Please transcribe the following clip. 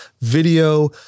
video